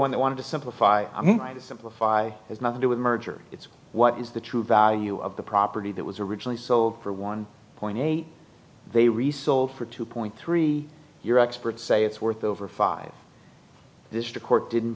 one that wanted to simplify i mean to simplify is not to do with merger it's what is the true value of the property that was originally sold for one point eight they resold for two point three your experts say it's worth over five this to court didn't